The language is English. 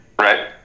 Right